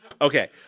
Okay